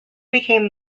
became